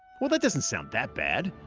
well, that doesn't sound that bad.